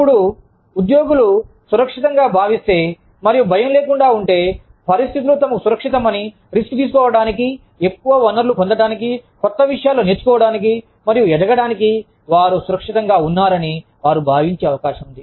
ఇప్పుడు ఉద్యోగులు సురక్షితంగా భావిస్తే మరియు భయం లేకుండా ఉంటే పరిస్థితులు తమకు సురక్షితమని రిస్క్లు తీసుకోవటానికి ఎక్కువ వనరులను పొందటానికి క్రొత్త విషయాలను నేర్చుకోవడానికి మరియు ఎదగడానికి వారు సురక్షితంగా ఉన్నారని వారు భావించే అవకాశం ఉంది